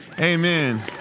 amen